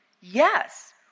Yes